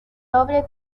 doble